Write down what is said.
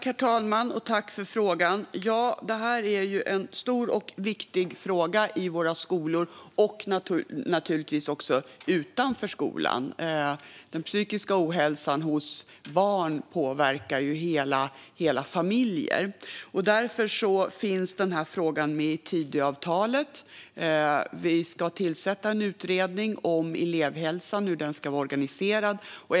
Herr talman! Tack, ledamoten, för frågan! Ja, det här är ju en stor och viktig fråga i våra skolor och naturligtvis också utanför skolan. Den psykiska ohälsan hos barn påverkar hela familjer. Därför finns den här frågan också med i Tidöavtalet. Vi ska tillsätta en utredning om elevhälsan och hur den ska vara organiserad.